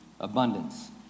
abundance